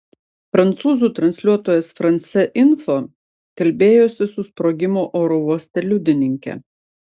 prancūzų transliuotojas france info kalbėjosi su sprogimo oro uoste liudininke